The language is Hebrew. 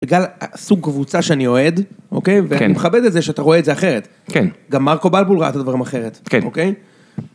בגלל הסוג קבוצה שאני אוהד, אוקיי? כן. ואני מכבד את זה שאתה רואה את זה אחרת. כן. גם מרקו בלפול ראה את הדברים אחרת.כן. אוקיי?